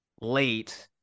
late